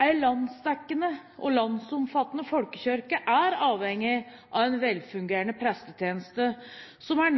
En landsomfattende folkekirke er avhengig av en velfungerende prestetjeneste som er